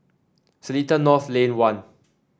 Seletar North Lane One